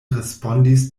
respondis